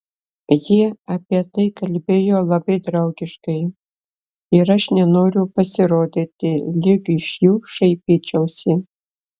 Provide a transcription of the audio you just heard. jie apie tai kalbėjo labai draugiškai ir aš nenoriu pasirodyti lyg iš jų šaipyčiausi